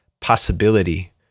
possibility